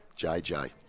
JJ